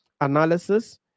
analysis